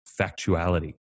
factuality